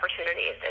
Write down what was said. opportunities